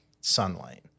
sunlight